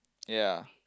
ya